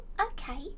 okay